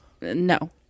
no